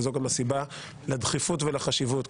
וזאת גם הסיבה לדחיפות ולחשיבות.